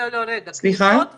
רגע, כניסות וצפיות,